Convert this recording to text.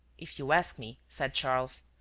if you ask me, said charles,